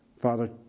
Father